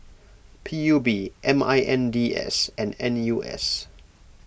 P U B M I N D S and N U S